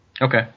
Okay